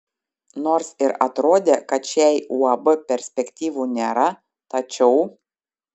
nors ir atrodė kad šiai uab perspektyvų nėra tačiau